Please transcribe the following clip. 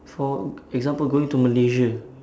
for example going to malaysia